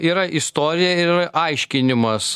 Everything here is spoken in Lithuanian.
yra istorija ir yra aiškinimas